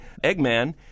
eggman